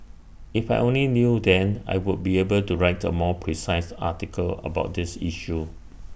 if I only knew then I would be able to write A more precise article about this issue